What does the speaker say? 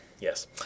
yes